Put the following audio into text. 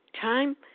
Time